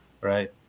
right